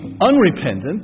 unrepentant